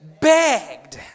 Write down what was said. Begged